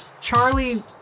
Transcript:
Charlie